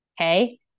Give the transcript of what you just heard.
Okay